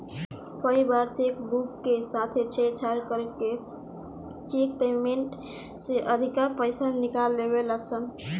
कई बार cheque book के साथे छेड़छाड़ करके चेक पेमेंट से अधिका पईसा निकाल लेवे ला सन